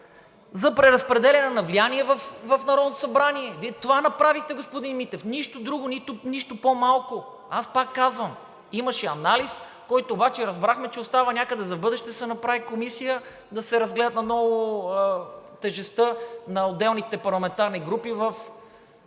за преразпределяне на влияние в Народното събрание. Вие това направихте, господин Митев. Нищо друго. Нищо по-малко. Аз пак казвам, имаше анализ, който обаче разбрахме, че остава някъде за в бъдеще да се направи комисия, да се разгледа наново тежестта на отделните парламентарни групи в